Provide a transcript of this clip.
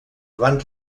van